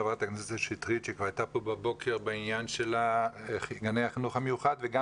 חברת הכנסת שטרית שכבר הייתה פה בבוקר בענייני החינוך המיוחד וגם